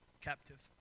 captive